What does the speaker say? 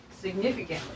significantly